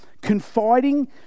confiding